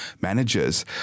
managers